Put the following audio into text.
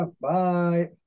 Bye